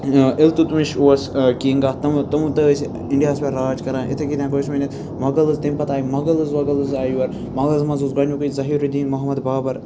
الطمِش اوس کِنٛگ آتھ تِم تِم تہِ ٲسۍ اِنڈیاہَس پٮ۪ٹھ راج کَران اِتھے کنۍ ہٮٚکو أسۍ ؤنِتھ مۄغَلٕز تمہِ پَتہٕ آے مۄغَلٕز وۄغَلٕز آے یور مۄغَلز منٛز اوس گۄڈنیُکُے زہیٖرالدیٖن محمد بابَر